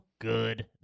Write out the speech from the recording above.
Good